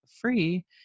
free